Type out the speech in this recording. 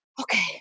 Okay